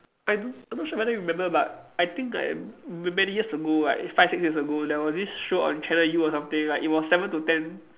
I do I'm not sure whether you remember but I think like m~ many years ago like five six years ago there was this show on channel U or something like it was seven to ten